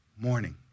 morning